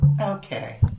Okay